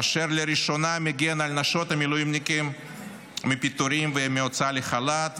-- אשר לראשונה מגן על נשות המילואימניקים מפיטורים ומהוצאה לחל"ת,